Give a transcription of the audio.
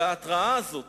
ההתראה הזאת